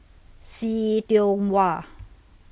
See Tiong Wah